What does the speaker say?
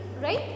right